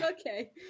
Okay